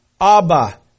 Abba